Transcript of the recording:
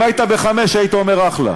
אם היית ב-5, היית אומר אחלה.